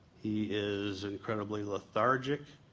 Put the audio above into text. he is incredibly lethargic,